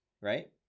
right